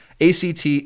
ACT